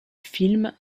film